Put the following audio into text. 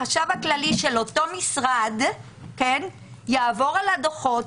החשב הכללי של אותו משרד יעבור על הדוחות